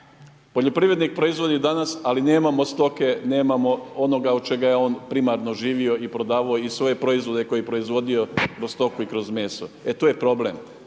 Poljoprivrednik proizvodi danas, ali nemamo stoke, nemamo od čega je on primarno živio i prodavao i svoje proizvode koje je proizvodio kroz stoku i kroz meso. E tu je problem,